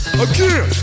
Again